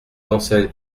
d’ancien